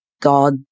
God